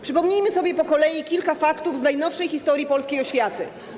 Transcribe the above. Przypomnijmy sobie po kolei kilka faktów z najnowszej historii polskiej oświaty.